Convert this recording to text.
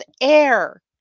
air